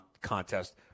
contest